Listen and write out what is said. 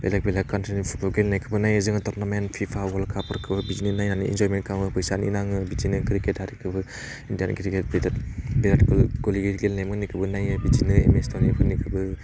बेलेग बेलेग कानट्रिनि फुटबल गेलेनायखौबो नायो जोङो टरनामेन्ट फिफा वार्ल्ड काफफोरखौबो बिदिनो नायनानै इनजयमेन्ट खालामो फैसानि नाङो बिदिनो क्रिकेट आरिखौबो इण्डियान क्रिकेट भिराट भिराट कहलि गेलेनायमोननिखौबो नायो बिदिनो एमएस धनिफोरनिखौबो